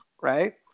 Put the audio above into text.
Right